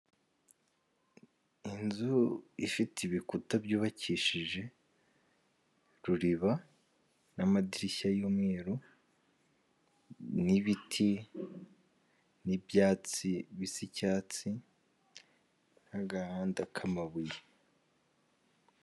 Inzu ifite ibikuta byubakishije ruriba n'amadirishya y'umweru, n'ibiti n'ibyatsi bisa icyatsi n'agahanda k'amabuye.